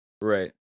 Right